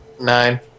Nine